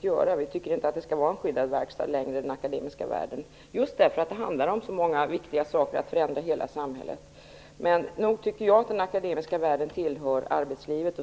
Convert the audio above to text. det. Vi tycker inte att den akademiska världen skall vara en skyddad verkstad längre, just därför att det handlar om så många viktiga saker och om att förändra hela samhället. Nog tycker jag att den akademiska världen tillhör arbetslivet.